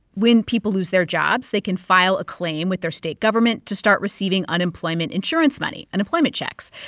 when people lose their jobs, they can file a claim with their state government to start receiving unemployment insurance money unemployment checks.